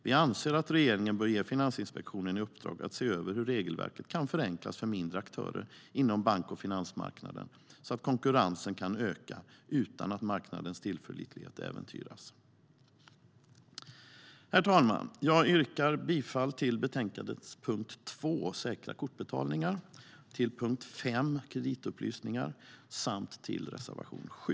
Vi anser att regeringen bör ge Finansinspektionen i uppdrag att se över hur regelverket kan förenklas för mindre aktörer inom bank och finansmarknaden så att konkurrensen kan öka utan att marknadens tillförlitlighet äventyras. Herr talman! Jag yrkar bifall till förslaget i betänkandet punkt 2 om säkra kortbetalningar, punkt 5 om kreditupplysningar och till reservation 7.